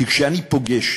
כשאני פוגש